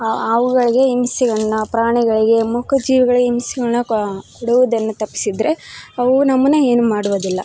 ಆವು ಆವುಗಳಿಗೆ ಹಿಂಸೆಗಳ್ನ ಪ್ರಾಣಿಗಳಿಗೆ ಮೂಕ ಜೀವಿಗಳಿಗೆ ಹಿಂಸೆಗಳ್ನ ಕೊಡುವುದನ್ನು ತಪ್ಪಸಿದರೆ ಅವು ನಮ್ಮನ್ನ ಏನು ಮಾಡುವುದಿಲ್ಲ